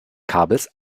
kabels